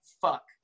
fuck